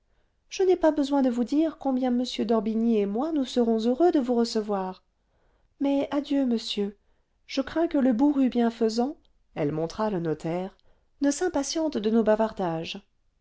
je n'ai pas besoin de vous dire combien m d'orbigny et moi nous serons heureux de vous recevoir mais adieu monsieur je crains que le bourru bienfaisant elle montra le notaire ne s'impatiente de nos bavardages